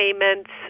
payments